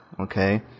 Okay